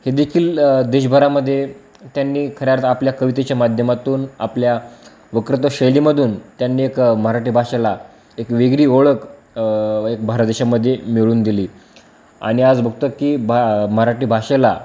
हे देखील देशभरामध्ये त्यांनी खऱ्यात आपल्या कवितेच्या माध्यमातून आपल्या वक्रत शैलीमधून त्यांनी एक मराठी भाषेला एक वेगळी ओळख एक भारत देशामध्ये मिळून दिली आणि आज बघतो की बा मराठी भाषेला